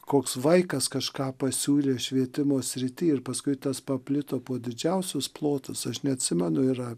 koks vaikas kažką pasiūlė švietimo srity ir paskui tas paplito po didžiausius plotus aš neatsimenu yra